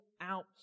out